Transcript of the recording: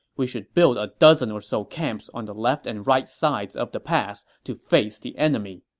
we should build a dozen or so camps on the left and right sides of the pass to face the enemy.